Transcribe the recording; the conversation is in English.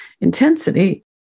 intensity